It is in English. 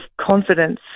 confidence